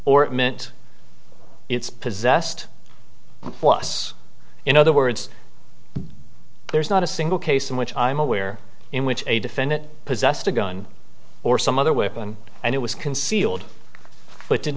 meant it's possessed plus in other words there's not a single case in which i'm aware in which a defendant possessed a gun or some other weapon and it was concealed but did